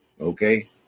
Okay